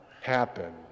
Happen